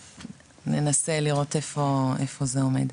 ננסה לראות איפה זה עומד.